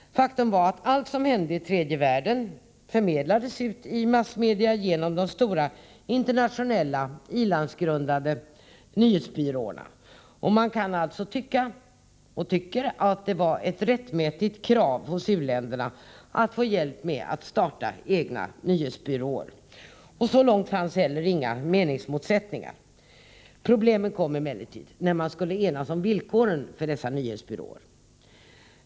Faktum var att allt som hände i tredje världen förmedlades ut i massmedia genom de stora internationella i-landsgrundade nyhetsbyråerna. Man kan alltså tycka, och tycker, att det var ett rättmätigt krav hos u-länderna att få hjälp med att starta egna nyhetsbyråer. Så långt fanns heller inga meningsmotsättningar. Problemen kom emellertid när man skulle enas om villkoren för dessa nyhetsbyråer.